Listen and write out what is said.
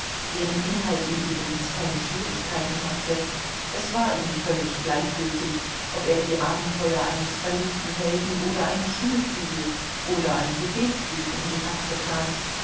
deren inhalt ihm übrigens keine schwierigkeiten machte es war ihm völlig gleichgültig ob er die abenteuer eines verliebten helden oder eine schulfibel oder ein gebetbuch in die hand bekam